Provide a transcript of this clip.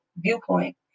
viewpoint